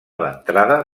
ventrada